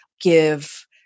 give